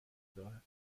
دارد